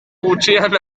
gutxian